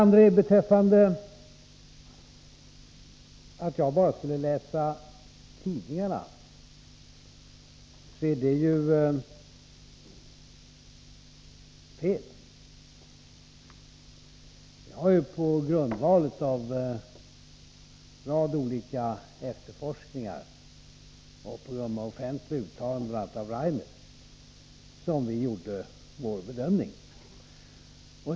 Påståendet att jag bara skulle läsa i tidningarna är fel. Det var på grundval av en rad olika efterforskningar och offentliga uttalanden av bl.a. Ove Rainer som vi gjorde vår bedömning.